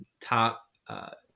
top